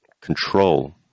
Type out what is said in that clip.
control